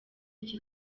iki